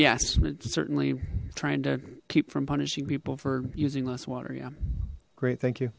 yes certainly trying to keep from punishing people for using less water yeah great thank you